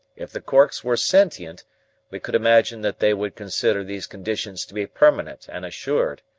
if the corks were sentient we could imagine that they would consider these conditions to be permanent and assured.